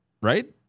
right